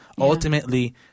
ultimately